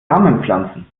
samenpflanzen